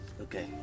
Okay